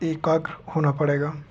एकाग्र होना पड़ेगा